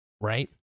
right